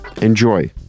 Enjoy